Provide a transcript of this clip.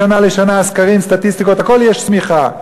משנה לשנה סקרים, סטטיסטיקות, הכול, יש צמיחה.